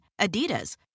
Adidas